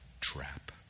trap